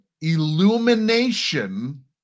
illumination